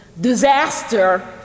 disaster